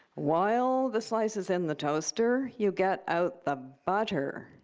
while the slice is in the toaster, you get out the butter.